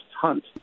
hunt